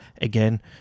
again